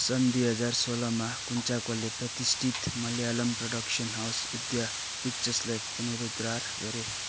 सन् दुई हजार सोह्रमा कुन्चाकोले प्रतिष्ठित मलयालम प्रडक्सन हाउस उदया पिक्चर्सलाई पुनरुद्धार गरे